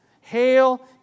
Hail